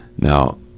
Now